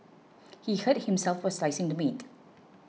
he hurt himself while slicing the meat